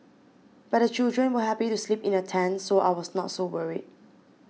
but the children were happy to sleep in the tent so I was not so worried